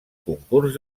concurs